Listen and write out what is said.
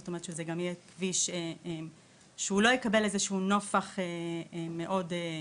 זאת אומרת שזה גם יהיה כביש שהוא לא יקבל איזה שהוא נופח מאוד כבישי,